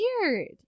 weird